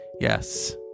Yes